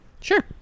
Sure